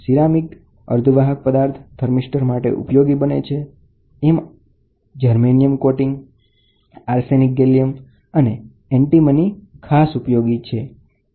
ceramic અર્ધવાહક પદાર્થની વિવિધતા થર્મિસ્ટર માટે ઉપયોગી બને છે એમાંય જર્મેનિયમ કોટિંગ આર્સેનિક ગેલિયમ અને એન્ટીમની ખાસ ઉપયોગી છે